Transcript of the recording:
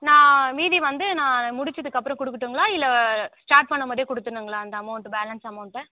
நான் மீதி வந்து நான் முடிச்சதுக்கு அப்புறம் கொடுக்கட்டுங்களா இல்லை ஸ்டார்ட் பண்ண போதே கொடுத்துட்னுங்களா அந்த அமௌண்ட் பேலன்ஸ் அமௌண்ட்டை